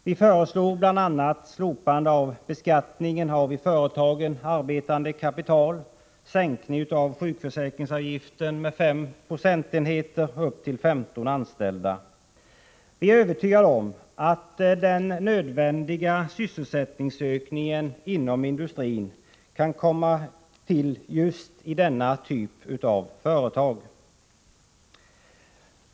Vi föreslog bl.a. slopande av beskattningen av i företagen arbetande kapital, sänkning av sjukförsäkringsavgiften med 5 procentenheter när det gäller företag med upp till 15 anställda. Vi är övertygade om att den nödvändiga sysselsättningsökningen inom industrin kan komma i just denna typ av företag.